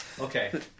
Okay